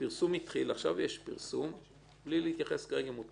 הפרסום התחיל לפני שבוע